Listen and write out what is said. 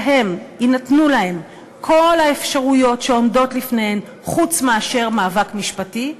ובהן יינתנו להם כל האפשרויות שעומדות לפניהם חוץ מאשר מאבק משפטי,